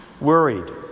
worried